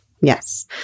Yes